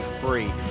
free